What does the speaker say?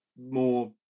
more